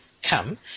Come